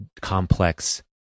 complex